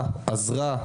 עזרה,